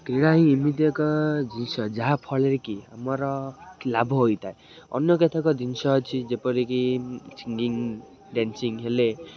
କ୍ରୀଡ଼ା ହିଁ ଏମିତି ଏକ ଜିନିଷ ଯାହାଫଳରେ କି ଆମର ଲାଭ ହୋଇଥାଏ ଅନ୍ୟ କେତେକ ଜିନିଷ ଅଛି ଯେପରିକି ସିଙ୍ଗିଂ ଡ୍ୟାନ୍ସିଂ ହେଲେ